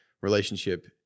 relationship